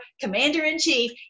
commander-in-chief